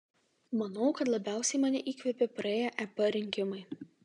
manau kad labiausiai mane įkvėpė praėję ep rinkimai